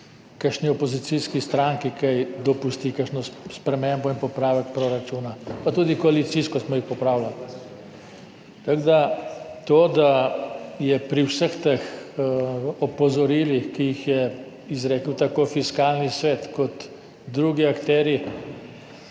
kakšni opozicijski stranki kaj dopusti, kakšno spremembo in popravek proračuna, pa tudi koalicijsko smo jih popravljali. Tako da to, da pri vseh teh opozorilih, ki so jih izrekli tako Fiskalni svet kot drugi akterji,